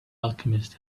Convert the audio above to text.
alchemist